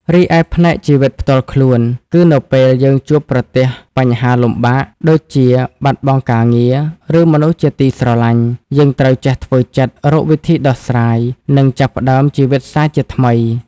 ឯ ផ្នែកជីវិតផ្ទាល់ខ្លួន គឺនៅពេលយើងជួបប្រទះបញ្ហាលំបាក (ដូចជាបាត់បង់ការងារ ឬមនុស្សជាទីស្រឡាញ់) យើងត្រូវចេះធ្វើចិត្ត រកវិធីដោះស្រាយ និងចាប់ផ្តើមជីវិតសាជាថ្មី។